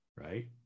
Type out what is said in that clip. right